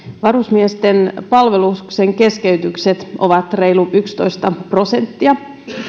varusmiesten palveluksen keskeytykset ovat reilu yksitoista prosenttia